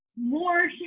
more